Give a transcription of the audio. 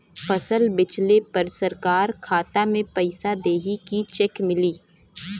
फसल बेंचले पर सरकार खाता में पैसा देही की चेक मिली?